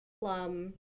plum